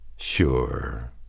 Sure